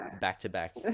back-to-back